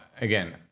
again